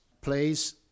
plays